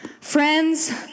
Friends